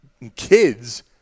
Kids